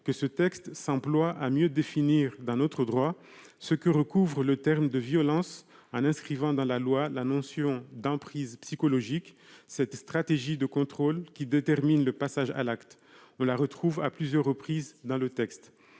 que ce texte s'emploie à mieux définir dans notre droit ce que recouvre le terme de « violences », en inscrivant dans la loi la notion d'emprise psychologique, cette stratégie de contrôle qui détermine le passage à l'acte. On la retrouve à plusieurs reprises dans le texte.